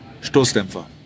Stoßdämpfer